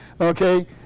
Okay